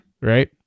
right